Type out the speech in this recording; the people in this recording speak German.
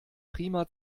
prima